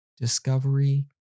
discovery